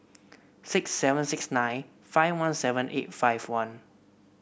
six seven six nine five one seven eight five one